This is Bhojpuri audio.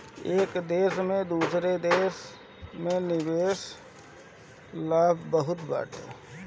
एक देस से दूसरा देस में निवेश कअ लाभ बहुते हवे